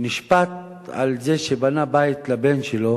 נשפט על זה שבנה בית לבן שלו,